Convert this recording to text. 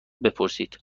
بپرسید